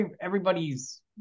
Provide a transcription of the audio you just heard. everybody's